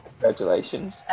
congratulations